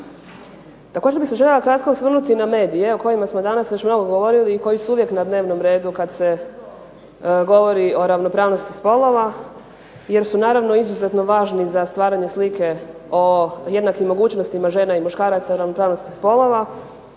Također bih se željela kratko osvrnuti na medije o kojima smo danas već mnogo govorili i koji su uvijek na dnevnom redu kad se govori o ravnopravnosti spolova, jer su naravno izuzetno važni za stvaranje slike o jednakim mogućnostima žena i muškaraca u ravnopravnosti spolova,